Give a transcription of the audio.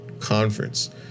conference